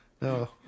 No